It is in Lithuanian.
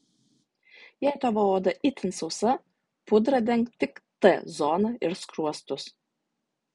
jei tavo oda itin sausa pudra denk tik t zoną ir skruostus